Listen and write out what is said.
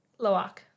Loak